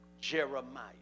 Jeremiah